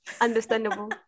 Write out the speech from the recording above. Understandable